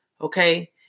okay